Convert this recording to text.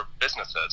businesses